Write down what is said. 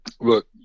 Look